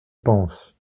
pense